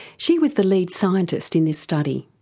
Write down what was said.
she was the lead scientist in this study.